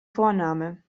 vorname